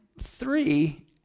three